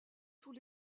tous